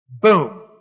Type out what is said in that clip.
boom